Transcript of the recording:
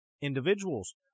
individuals